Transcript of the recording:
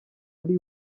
ari